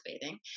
bathing